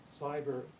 cyber